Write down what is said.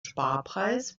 sparpreis